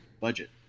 budget